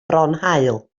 fronhaul